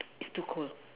it's too cold